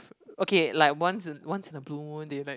okay like once once in a blue moon they've like